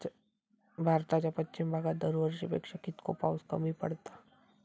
भारताच्या पश्चिम भागात दरवर्षी पेक्षा कीतको पाऊस कमी पडता?